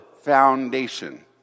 foundation